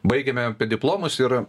baigėme apie diplomas ir